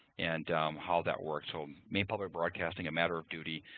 and how that worked. so maine public broadcasting, a matter of duty.